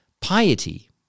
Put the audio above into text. Piety